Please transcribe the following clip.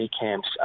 camps